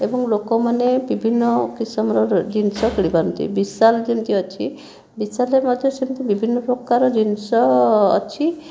ଏବଂ ଲୋକମାନେ ବିଭିନ୍ନ କିସମର ଜିନିଷ କିଣି ପାରନ୍ତି ବିଶାଲ ଯେମିତି ଅଛି ବିଶାଲରେ ମଧ୍ୟ ସେମିତି ବିଭିନ୍ନ ପ୍ରକାରର ଜିନିଷ ଅଛି